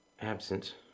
Absent